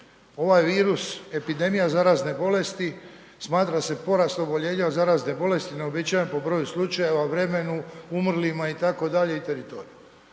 ovaj virus, epidemija zarazne bolesti smatra se porast oboljenja od zarazne bolesti neuobičajen po broju slučajeva, u vremenu umrlima itd. i teritorij.